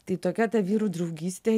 tai tokia ta vyrų draugystė